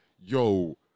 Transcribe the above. Yo